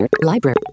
Library